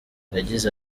yagize